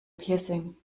piercing